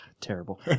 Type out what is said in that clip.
Terrible